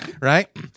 right